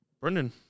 Brendan